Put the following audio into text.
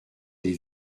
des